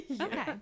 Okay